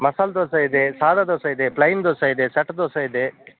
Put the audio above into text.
ಮಸಾಲ ದೋಸೆ ಇದೆ ಸಾದ ದೋಸೆ ಇದೆ ಪ್ಲೇನ್ ದೋಸೆ ಇದೆ ಸೆಟ್ ದೋಸೆ ಇದೆ